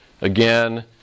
again